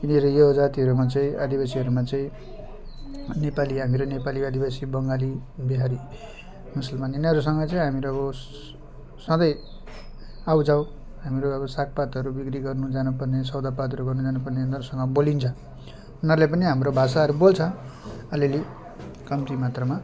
यिनीहरू यो जातिहरूमा चाहिँ आदिवासीहरूमा चाहिँ नेपाली हामीहरू नेपाली आदिवासी बङ्गाली बिहारी मुसुलमान यिनीहरूसँग चाहिँ हामीहरू उयो सधैँ आउ जाउ हामीहरू अब सागपातहरू बिक्री गर्नु जानु पर्ने सौधापातहरू गर्नु जानु पर्ने यिनीहरूसँग बोलिन्छ उनीहरूले पनि हाम्रो भाषाहरू बोल्छ अलि अलि कम्ती मात्रामा